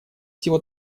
всего